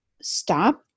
stop